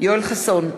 יואל חסון,